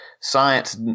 science